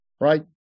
right